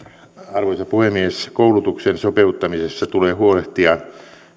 arvoisa puhemies koulutuksen sopeuttamisessa tulee huolehtia